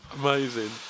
Amazing